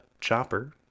Chopper